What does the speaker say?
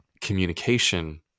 communication